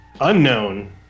unknown